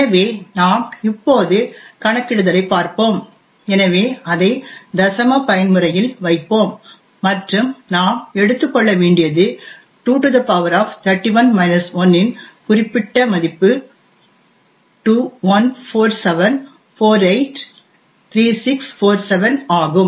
எனவே நாம் இப்போது கணக்கிடுதலை பார்போம் எனவே அதை தசம பயன்முறையில் வைப்போம் மற்றும் நாம் எடுத்துக்கொள்ள வேண்டியது 231 1 இன் குறிப்பிட்ட மதிப்பு 2147483647 ஆகும்